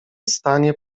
stanie